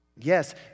Yes